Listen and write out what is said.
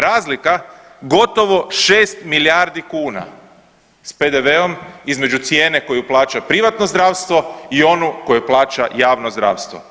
Razlika gotovo 6 milijardi kuna, s PDV-om između cijene koju plaća privatno zdravstvo i onu koju plaća javno zdravstvo.